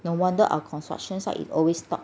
no wonder our construction site is always stopped